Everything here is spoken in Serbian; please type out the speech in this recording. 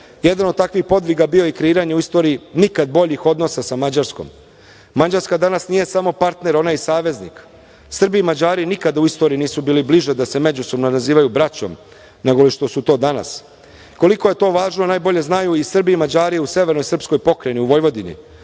Jedan od takvih podviga bio je i kreiranje u istoriji nikad boljih odnosa sa Mađarskom. Mađarska danas nije samo partner, ona je i saveznik. Srbi i Mađari nikada u istoriji nisu bili bliže da se međusobno nazivaju braćom, nego što su to danas. Koliko je to važno najbolje znaju i Srbi i Mađari u severnoj srpskoj pokrajini, u Vojvodini,